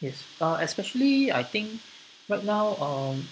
yes uh especially I think right now um